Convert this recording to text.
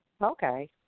Okay